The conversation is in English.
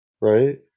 right